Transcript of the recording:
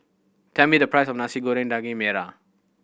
tell me the price of Nasi Goreng Daging Merah